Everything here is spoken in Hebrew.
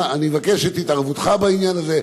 אני מבקש את התערבותך בעניין הזה,